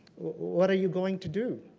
what are you going to do?